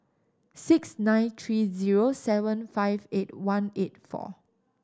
six nine three zero seven five eight one eight four